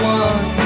one